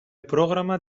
πρόγραμμα